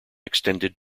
extended